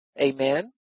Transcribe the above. Amen